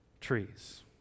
trees